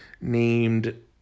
named